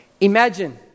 Imagine